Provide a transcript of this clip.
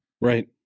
right